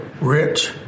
rich